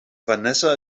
vanessa